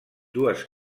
dues